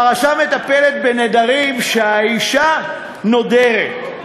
הפרשה מטפלת בנדרים שהאישה נודרת,